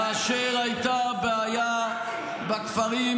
כאשר הייתה בעיה בכפרים,